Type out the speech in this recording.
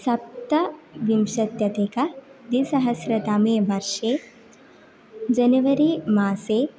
सप्तविंशत्यधिकद्विसहस्रतमे वर्षे जनवरी मासे